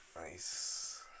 Nice